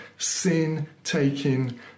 sin-taking